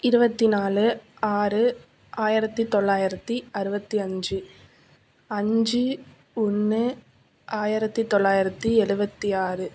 இருபத்தி நாலு ஆறு ஆயிரத்தி தொள்ளாயிரத்தி அறுபத்தி அஞ்சு அஞ்சு ஒன்று ஆயிரத்தி தொள்ளாயிரத்தி எழுபத்தி ஆறு